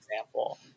example